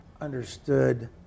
understood